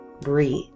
breathe